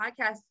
podcast